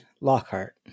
Lockhart